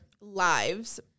lives